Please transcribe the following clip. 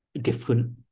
different